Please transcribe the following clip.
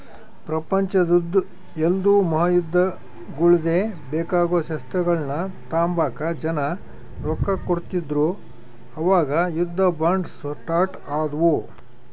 ಪ್ರಪಂಚುದ್ ಎಲ್ಡೂ ಮಹಾಯುದ್ದಗುಳ್ಗೆ ಬೇಕಾಗೋ ಶಸ್ತ್ರಗಳ್ನ ತಾಂಬಕ ಜನ ರೊಕ್ಕ ಕೊಡ್ತಿದ್ರು ಅವಾಗ ಯುದ್ಧ ಬಾಂಡ್ ಸ್ಟಾರ್ಟ್ ಆದ್ವು